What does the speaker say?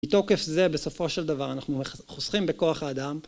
מתוקף זה בסופו של דבר אנחנו חוסכים בכוח האדם